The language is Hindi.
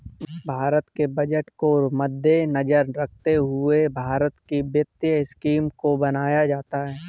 भारत के बजट को मद्देनजर रखते हुए भारत की वित्तीय स्कीम को बनाया जाता है